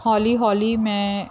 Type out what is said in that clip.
ਹੌਲੀ ਹੌਲੀ ਮੈਂ